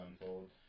unfold